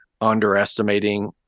underestimating